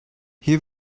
hier